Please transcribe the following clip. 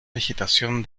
vegetación